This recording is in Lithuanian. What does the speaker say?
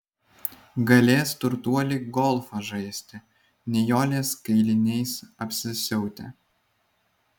galės turtuoliai golfą žaisti nijolės kailiniais apsisiautę